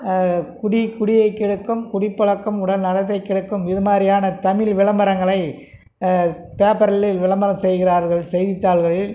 குடி குடியைக் கெடுக்கும் குடிப்பழக்கம் உடல் நலத்தை கெடுக்கும் இது மாதிரியான தமிழ் விளம்பரங்களை பேப்பரில் விளம்பரம் செய்கிறார்கள் செய்தித்தாள்களில்